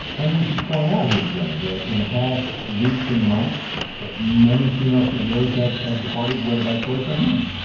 and we should point out here, jena, that in the past weeks and months many female ceos have have departed, whether by choice or not.